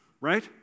right